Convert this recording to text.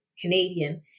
Canadian